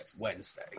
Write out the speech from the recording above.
Wednesday